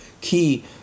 key